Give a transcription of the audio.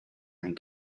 rink